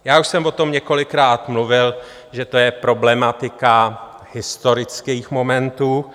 Já už jsem o tom několikrát mluvil, že to je problematika historických momentů.